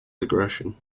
aggression